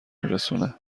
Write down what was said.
میرسونه